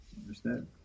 Understand